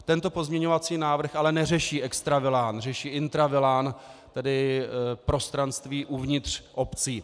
Tento pozměňovací návrh ale neřeší extravilán, řeší intravilán, tedy prostranství uvnitř obcí.